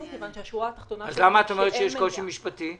כיוון שהשורה התחתונה -- אז למה את אומרת שיש קושי משפטי?